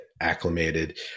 acclimated